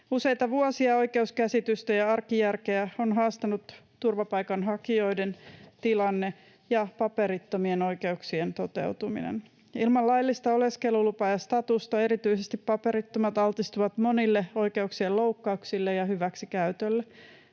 Useita vuosia oikeuskäsitystä ja arkijärkeä on haastanut turvapaikanhakijoiden tilanne ja paperittomien oikeuksien toteutuminen. Ilman laillista oleskelulupaa ja statusta erityisesti paperittomat altistuvat monille oikeuksien loukkauksille ja hyväksikäytölle.